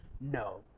no